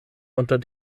unter